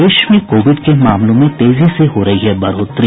प्रदेश में कोविड के मामलों में तेजी से हो रही है बढ़ोतरी